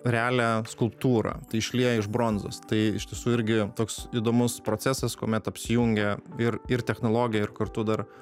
realią skulptūrą tai išlieja iš bronzos tai iš tiesų irgi toks įdomus procesas kuomet apsijungia ir ir technologija ir kartu dar